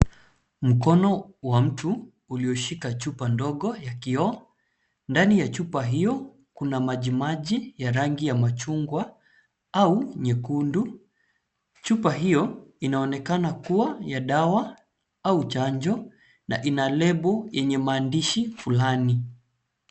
Mkono wa mtu ulioshika chupa ndogo ya kioo ,ndani ya chupa hiyo Kuna maji maji, ya rangi ya machungwa au nyekundu, chupa hiyo inaonekana kuwa ya dawa au chanjo, na ina lebo yenye maandishi fulani.